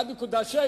1.6,